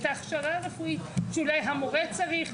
את ההכשרה הרפואית שאולי המורה צריך,